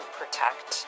protect